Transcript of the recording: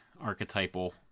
archetypal